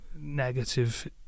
negative